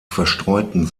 verstreuten